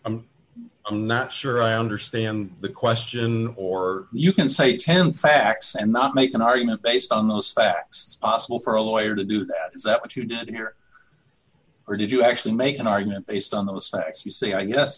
i'm not sure i understand the question or you can say ten facts and not make an argument based on those facts possible for a lawyer to do that is that what you did here or did you actually make an argument based on those facts you say i guess